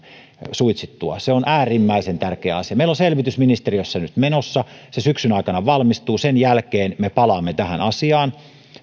suitsittua se on äärimmäisen tärkeä asia meillä on nyt selvitys ministeriössä menossa se valmistuu syksyn aikana sen jälkeen me palaamme tähän asiaan